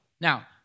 Now